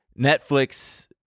Netflix